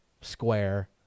square